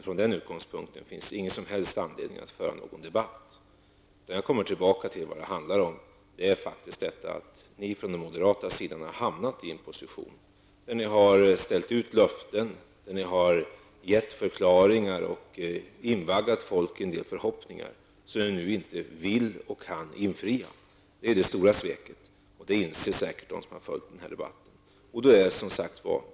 Från den utgångspunkten finns ingen anledning att föra en debatt. Jag vill återkomma till vad det egentligen handlar om. Ni från den moderata sidan har hamnat i en position där ni har ställt ut löften, gett förklaringar och invaggat folk i en del förhoppningar som ni nu inte vill och kan infria. Det är det stora sveket. Det inser säkert de som har följt denna debatt.